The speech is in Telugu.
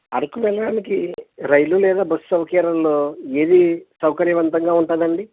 అరకు వెళ్లడానికి రైలు లేదా బస్సు సౌకర్యాలులో ఏదీ సౌకర్యవంతంగా ఉంటుందండి